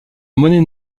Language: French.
monnaie